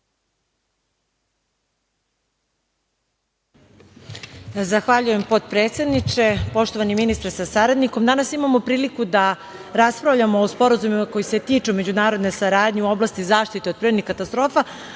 Zahvaljujem, potpredsedniče. Poštovani ministre sa saradnikom, danas imamo priliku da raspravljamo o sporazumima koji se tiču narodne saradnje u oblasti zaštite od prirodnih katastrofa,